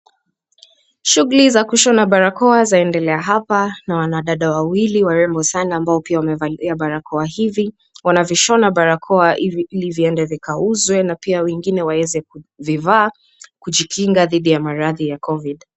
Shughuli za kushona barakoa zaendelea hapa na wanadada wawili warembo sana ambao pia wamevalia barakoa hivi wanavishona barakoa ili ziende zikauzwe pia wengine waweze kuvivaa kujikinga dhidi ya maradhi ya covid .